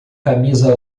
camisa